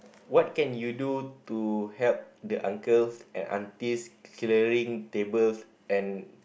what can you do to help the uncles and aunties clearing tables and